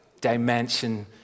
dimension